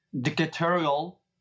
dictatorial